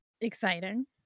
Exciting